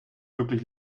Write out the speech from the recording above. wirklich